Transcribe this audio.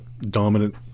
dominant